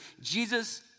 Jesus